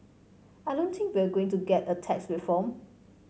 I don't think we're going to get tax reform